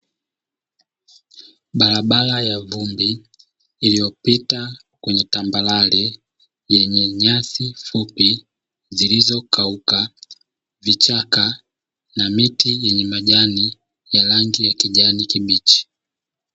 Barabara ya vumbi iliyopita kwenye tambarare; yenye nyasi fupi zilizokauka, vichaka na miti yenye majani ya rangi ya kijani kibichi.